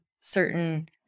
certain